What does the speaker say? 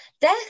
death